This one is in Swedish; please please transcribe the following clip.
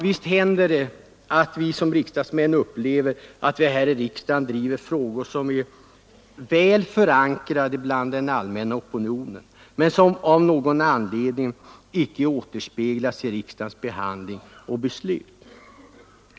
Visst händer det att vi som riksdagsmän upplever att vi driver frågor som är väl förankrade bland den allmänna opinionen men där opinionens inställning av någon anledning inte återspeglas i riksdagens behandling och beslut.